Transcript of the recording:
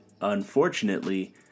unfortunately